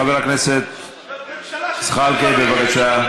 חבר הכנסת זחאלקה, בבקשה.